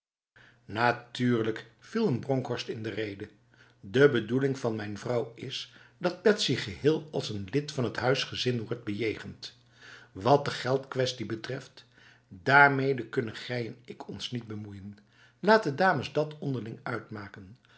viel hem bronkhorst in de rede de bedoeling van mijn vrouw is dat betsy geheel als een lid van het huisgezin wordt bejegend wat de geldkwestie betreft daarmede kunnen gij en ik ons niet bemoeien laat de dames dat onderling uitmaken